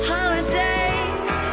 Holidays